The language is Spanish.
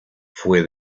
fue